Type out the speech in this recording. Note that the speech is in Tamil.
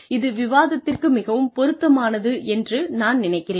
இது விவாதத்திற்கு மிகவும் பொருத்தமானது என்று நான் நினைக்கிறேன்